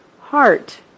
heart